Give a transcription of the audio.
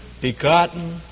begotten